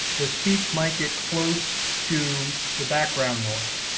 the speech might get close to the background noise.